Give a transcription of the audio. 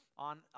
on